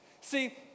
See